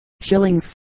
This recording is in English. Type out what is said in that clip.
shillings